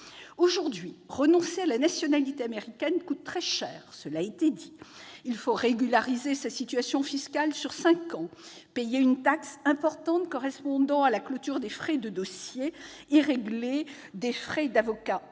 Aujourd'hui, renoncer à la nationalité américaine coûte, cela a été dit, très cher : il faut régulariser sa situation fiscale sur cinq ans, payer une taxe importante correspondant à la clôture des frais de dossier et régler des frais d'avocat